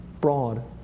broad